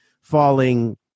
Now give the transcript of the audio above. falling